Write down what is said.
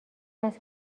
است